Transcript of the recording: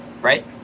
right